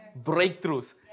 breakthroughs